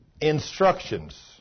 Instructions